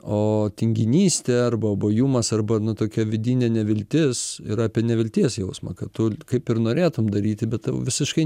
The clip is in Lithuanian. o tinginystė arba abuojumas arba nu tokia vidinė neviltis yra apie nevilties jausmą kad tu kaip ir norėtum daryti bet visiškai